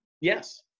Yes